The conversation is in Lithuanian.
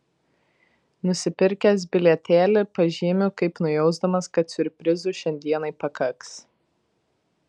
nusipirkęs bilietėlį pažymiu kaip nujausdamas kad siurprizų šiandienai pakaks